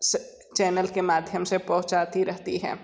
स चैनल के माध्यम से पहुँचाती रहती है